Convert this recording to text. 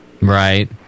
Right